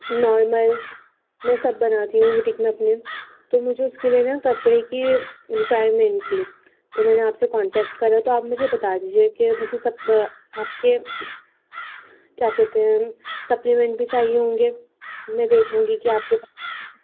normal میں سب بناتی ہوں بوٹیک میں اپنے تو مجھے اس کے لیے نا کپڑے کی ریکوائرمنٹ تھی تو میں نے آپ سے کانٹیکٹ کرا تو آپ مجھے بتا دیجیے کہ مجھے سب آپ کے کیا کہتے ہیں سپلیمنٹ بھی چاہیے ہوں گے میں دیکھوں گی کہ آپ کے پا